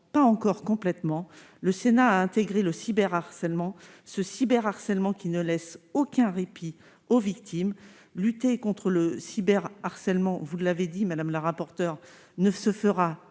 pas encore complètement le Sénat a intégré le cyber harcèlement ce cyber harcèlement qui ne laissent aucun répit aux victimes, lutter contre le cyber harcèlement, vous l'avez dit madame la rapporteure ne se fera qu'à